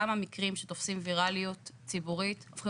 למה מקרים שתופסים ויראליות ציבורית הופכים